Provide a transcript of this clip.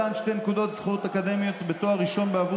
מתן שתי נקודות זכות אקדמיות בתואר ראשון בעבור